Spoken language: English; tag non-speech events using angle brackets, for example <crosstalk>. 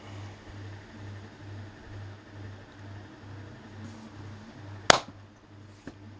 <noise>